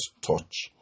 touch